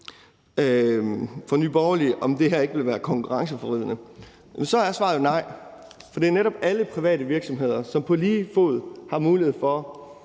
bliver spurgt, om det her ikke vil være konkurrenceforvridende, så er svaret jo nej, for det er netop alle private virksomheder, som på lige fod har mulighed for